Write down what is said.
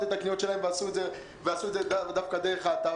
את הקניות שלהם ועשו את זה דרך האתר?